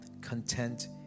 content